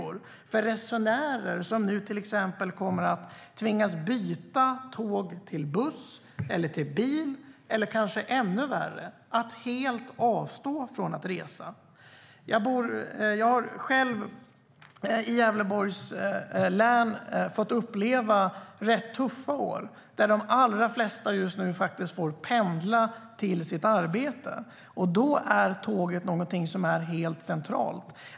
Vad har det för påverkan för resenärer, som nu till exempel kommer att tvingas byta tåg mot buss eller bil eller kanske ännu värre - helt avstå från att resa? Jag har själv i Gävleborgs län fått uppleva rätt tuffa år då de allra flesta just nu får pendla till sitt arbete. Då är tåget någonting som är helt centralt.